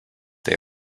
they